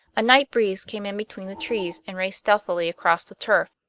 a night breeze came in between the trees and raced stealthily across the turf,